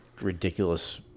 ridiculous